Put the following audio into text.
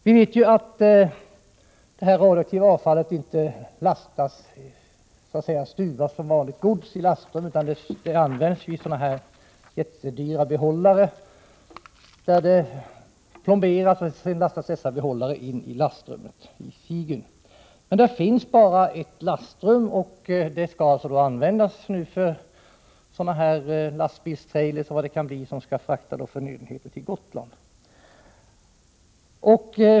Vi vet att detta radioaktiva avfallinte stuvas som vanligt gods i lastrummet, utan det förvaras i dessa jättedyra behållare, som plomberas och sedan placeras i Sigyns lastrum. Men det finns bara ett lastrum, och det skall användas för lastbilstrailers för frakt av förnödenheter till Gotland.